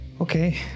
Okay